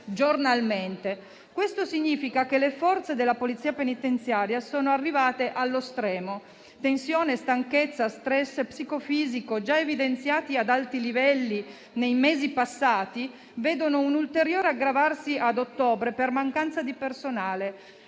giornalmente. Questo significa che le forze della Polizia penitenziaria sono arrivate allo stremo. Tensione, stanchezza e stress psicofisico, già evidenziati ad alti livelli nei mesi passati, si sono visti ulteriormente aggravati a ottobre per mancanza di personale,